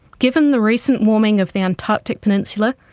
given the recent warming of the antarctic peninsula,